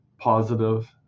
positive